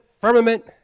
firmament